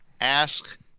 ask